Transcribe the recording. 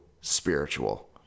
spiritual